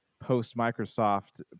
post-Microsoft